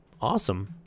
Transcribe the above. Awesome